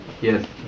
Yes